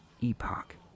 epoch